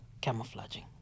camouflaging